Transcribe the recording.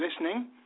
listening